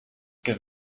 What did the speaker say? give